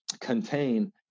contain